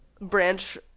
Branch